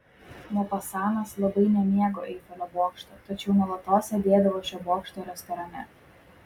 mopasanas labai nemėgo eifelio bokšto tačiau nuolatos sėdėdavo šio bokšto restorane